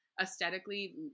aesthetically